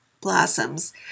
blossoms